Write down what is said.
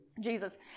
Jesus